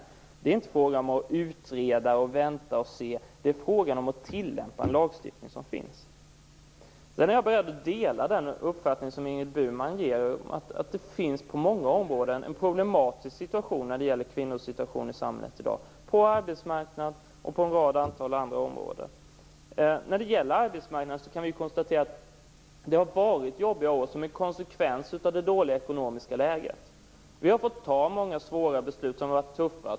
Det är inte fråga om att utreda, vänta och se utan om att tillämpa en lagstiftning som finns. Jag är beredd att dela den uppfattning som Ingrid Burman ger uttryck för, att det på många områden finns en problematisk situation för kvinnor, på arbetsmarknaden och på ett antal andra områden. Det har varit jobbiga år på arbetsmarknaden som en konsekvens att det dåliga ekonomiska läget. Vi har fått fatta många tuffa beslut.